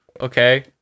Okay